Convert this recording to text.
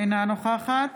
אינה נוכחת